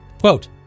Quote